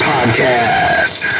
Podcast